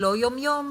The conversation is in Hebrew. לא יום-יום,